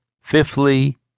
fifthly